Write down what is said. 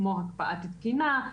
כמו הקפאת תקינה,